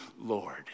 Lord